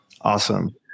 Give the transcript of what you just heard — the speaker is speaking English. Awesome